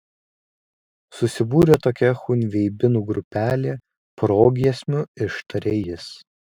susibūrė tokia chunveibinų grupelė progiesmiu ištarė jis